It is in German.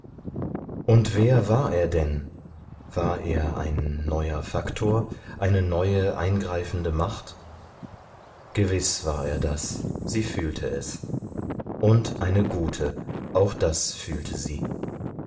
und wer war er denn war er ein neuer faktor eine neue eingreifende macht gewiß war er das sie fühlte es und eine gute auch das fühlte sie